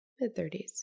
mid-30s